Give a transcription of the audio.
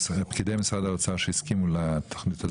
פקידי משרד האוצר שהסכימו לתוכנית הזאת.